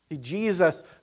Jesus